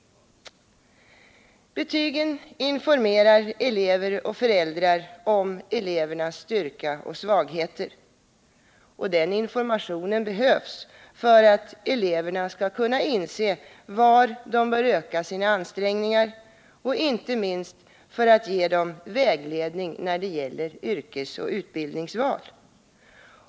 Betygen informerar elever och föräldrar om elevernas styrka och svagheter. Den informationen behövs för att eleverna skall kunna inse var de bör öka sina ansträngningar och inte minst för att ge dem vägledning när det gäller yrkesoch utbildningsval.